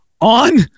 on